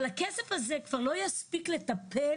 אבל הכסף הזה כבר לא יספיק לטיפול